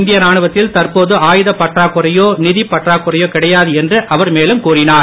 இந்திய ராணுவத்தில் தற்போது ஆயுதப் பற்றாக்குறையோ நிதிப் பற்றாக்குறையோ கிடையாது என்று அவர் மேலும் கூறினார்